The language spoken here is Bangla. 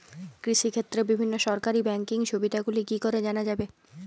কৃষিক্ষেত্রে বিভিন্ন সরকারি ব্যকিং সুবিধাগুলি কি করে জানা যাবে?